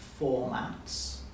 formats